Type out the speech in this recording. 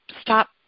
stop